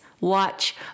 watch